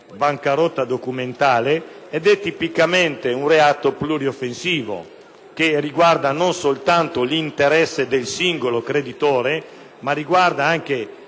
bancarotta documentale, che etipicamente un reato plurioffensivo, che riguarda, cioe, non soltanto l’interesse del singolo creditore ma anche